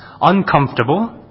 uncomfortable